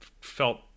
felt